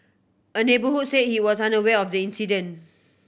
a neighbourhood say he was unaware of the incident